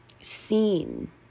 seen